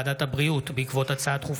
מסקנות ועדת הבריאות בעקבות דיון מהיר בהצעתם